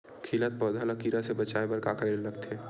खिलत पौधा ल कीरा से बचाय बर का करेला लगथे?